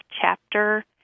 chapter